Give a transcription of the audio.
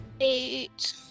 Eight